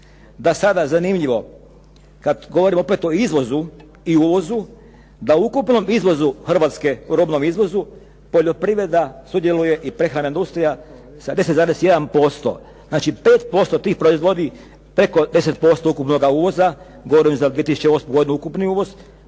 da sada zanimljivo kada govorim opet o izvozu i uvozu da u ukupnom izvozu Hrvatske u robnom izvozu poljoprivreda sudjeluje i prehrambena industrija sa 10,1% znači 5% tih proizvoda preko 10% ukupnoga uvoza govorim za 2008. godinu ukupni uvoz,